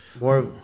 more